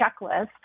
checklist